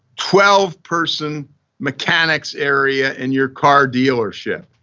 twelve person mechanics area in your car dealership.